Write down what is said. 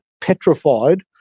petrified